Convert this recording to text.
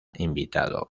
invitado